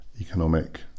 economic